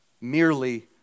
merely